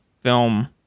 film